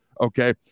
Okay